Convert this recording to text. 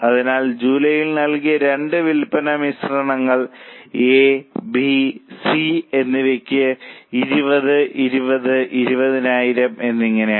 അതിനാൽ ജൂലൈയിൽ നൽകിയ രണ്ട് വിൽപ്പന മിശ്രണങ്ങൾ എ ബി സി എന്നിവയ്ക്ക് 20 20 20000 എന്നിങ്ങനെയാണ്